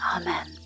Amen